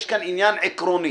יש כאן עניין עקרוני